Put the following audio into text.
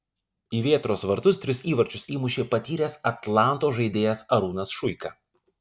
į vėtros vartus tris įvarčius įmušė patyręs atlanto žaidėjas arūnas šuika